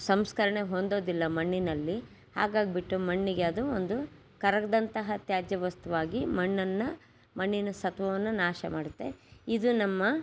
ಸಂಸ್ಕರಣೆ ಹೊಂದೋದಿಲ್ಲ ಮಣ್ಣಿನಲ್ಲಿ ಹಾಗಾಗಿಬಿಟ್ಟು ಮಣ್ಣಿಗೆ ಅದು ಒಂದು ಕರ್ಗದಂತಹ ತ್ಯಾಜ್ಯ ವಸ್ತುವಾಗಿ ಮಣ್ಣನ್ನು ಮಣ್ಣಿನ ಸತ್ವವನ್ನು ನಾಶ ಮಾಡುತ್ತೆ ಇದು ನಮ್ಮ